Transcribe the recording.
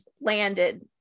landed